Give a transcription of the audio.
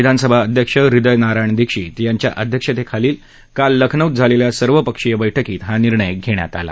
विधानसभा अध्यक्ष हिदय नारायण दीक्षित यांच्या अध्यक्षतेखाली काल लखनौत झालेल्या सर्वपक्षीय बैठकीत हा निर्णय घेण्यात आला